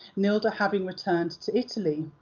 nilde having returned to italy.